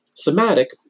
Somatic